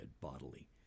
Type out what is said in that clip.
bodily